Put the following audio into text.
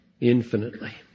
infinitely